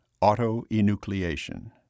auto-enucleation